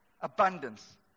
abundance